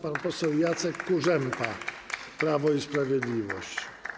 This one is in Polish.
Pan poseł Jacek Kurzępa, Prawo i Sprawiedliwość.